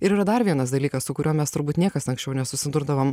ir yra dar vienas dalykas su kuriuo mes turbūt niekas anksčiau nesusidurdavom